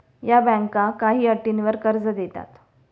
या बँका काही अटींवर कर्ज देतात